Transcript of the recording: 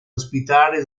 ospitare